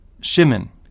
Shimon